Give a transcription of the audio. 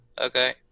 Okay